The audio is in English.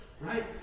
right